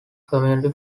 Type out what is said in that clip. community